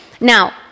now